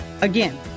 Again